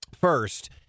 first